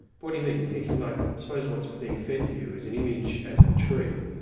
what do you mean, you're thinking like, suppose what's being fed to you is an image as of a tree,